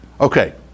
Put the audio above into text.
Okay